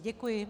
Děkuji.